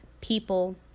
people